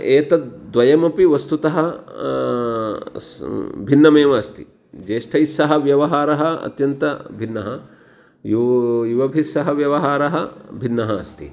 एतद् द्वयमपि वस्तुतः स् भिन्नमेव अस्ति ज्येष्ठैस्सह व्यवहारः अत्यन्तभिन्नः यो युवभिः सह व्यवहारः भिन्नः अस्ति